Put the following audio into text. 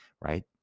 right